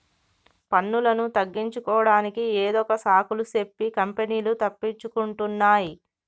పన్నులను తగ్గించుకోడానికి ఏదొక సాకులు సెప్పి కంపెనీలు తప్పించుకుంటున్నాయ్